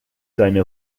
seine